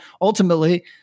ultimately